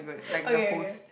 okay okay